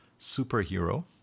superhero